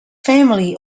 family